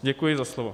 Děkuji za slovo.